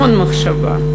המון מחשבה.